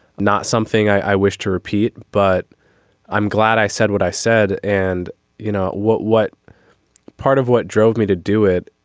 not something i wish to repeat but i'm glad i said what i said. and you know what what part of what drove me to do it.